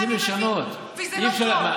רוצים לשנות, אי-אפשר.